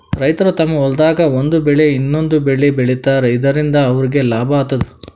ರೈತರ್ ತಮ್ಮ್ ಹೊಲ್ದಾಗ್ ಒಂದ್ ಬೆಳಿ ಇನ್ನೊಂದ್ ಬೆಳಿ ಬೆಳಿತಾರ್ ಇದರಿಂದ ಅವ್ರಿಗ್ ಲಾಭ ಆತದ್